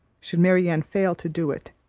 should marianne fail to do it,